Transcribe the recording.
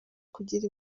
kugira